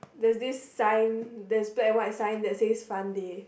there is this sign there's black and white sign that says fun day